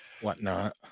whatnot